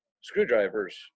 screwdrivers